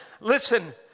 Listen